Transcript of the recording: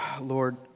Lord